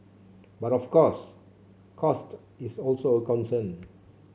but of course cost is also a concern